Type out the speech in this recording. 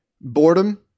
boredom